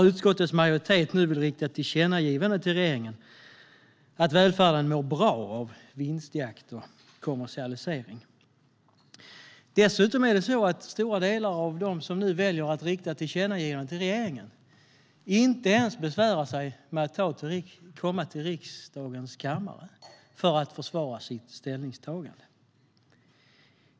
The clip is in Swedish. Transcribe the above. Utskottets majoritet vill nu rikta ett tillkännagivande till regeringen att välfärden mår bra av vinstjakt och kommersialisering. Dessutom är det så att många av dem som nu väljer att rikta ett tillkännagivande till regeringen inte ens besvärar sig med att komma till riksdagens kammare för att försvara sitt ställningstagande.